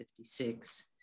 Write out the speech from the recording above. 56